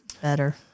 better